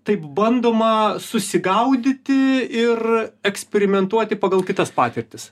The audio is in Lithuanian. taip bandoma susigaudyti ir eksperimentuoti pagal kitas patirtis